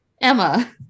Emma